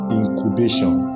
incubation